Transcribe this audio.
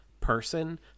Person